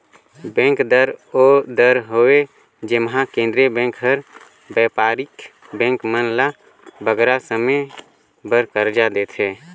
bank दर ओ दर हवे जेम्हां केंद्रीय बेंक हर बयपारिक बेंक मन ल बगरा समे बर करजा देथे